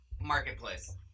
Marketplace